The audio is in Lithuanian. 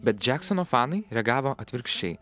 bet džeksono fanai reagavo atvirkščiai